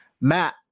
Matt